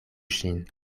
ŝin